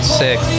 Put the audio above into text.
sick